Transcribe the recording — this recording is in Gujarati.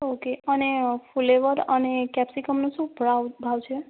ઓકે અને ફુલેવર અને કેપ્સિકમનું શું ભાવ છે